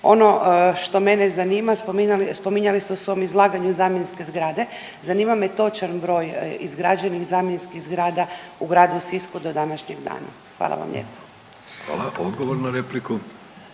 Ono što mene zanima, spominjali ste u svom izlaganju zamjenske zgrade, zanima me točan broj izgrađenih zamjenskih zgrada u Gradu Sisku do današnjeg dana. Hvala vam lijepo. **Vidović, Davorko